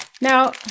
Now